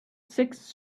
six